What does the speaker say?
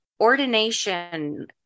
ordination